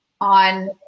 on